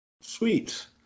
Sweet